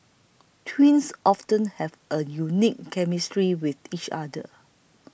twins often have a unique chemistry with each other